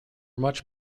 much